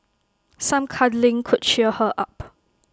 some cuddling could cheer her up